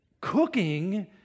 cooking